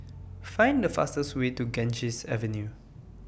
Find The fastest Way to Ganges Avenue